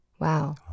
Wow